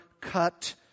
cut